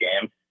game